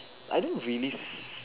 I don't really